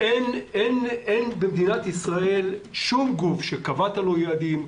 אין במדינת ישראל שום גוף שקבעת לו יעדים,